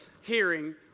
hearing